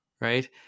right